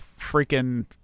freaking